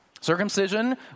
Circumcision